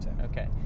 Okay